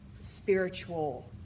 spiritual